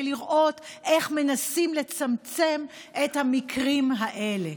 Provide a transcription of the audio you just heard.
לראות איך מנסים לצמצם את המקרים האלה.